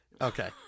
Okay